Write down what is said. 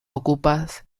okupas